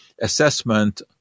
assessment